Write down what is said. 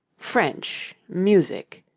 french, music,